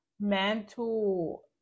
mental